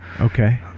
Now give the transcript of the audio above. Okay